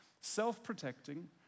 self-protecting